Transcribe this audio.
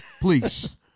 Please